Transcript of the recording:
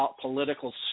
political